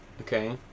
Okay